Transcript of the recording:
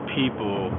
people